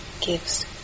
gives